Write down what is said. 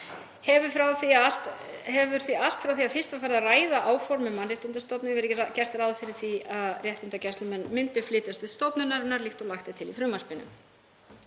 Hefur því allt frá því að fyrst var farið að ræða áform um mannréttindastofnun verið gert ráð fyrir að réttindagæslumenn myndu flytjast til stofnunarinnar, líkt og lagt er til í frumvarpinu.